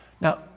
Now